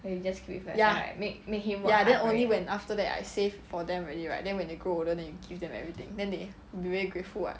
ya then only when after that I save for them already right then when they grow older then you give them everything then they be very grateful [what]